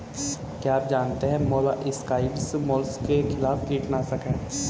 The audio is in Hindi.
क्या आप जानते है मोलस्किसाइड्स मोलस्क के खिलाफ कीटनाशक हैं?